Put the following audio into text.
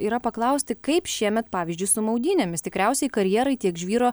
yra paklausti kaip šiemet pavyzdžiui su maudynėmis tikriausiai karjerai tiek žvyro